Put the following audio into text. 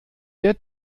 der